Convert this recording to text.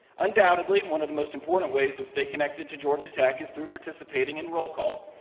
undoubtedly, one of the most important ways to stay connected to georgia tech is through participating in roll call,